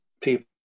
people